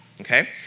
okay